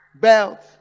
belt